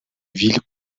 ville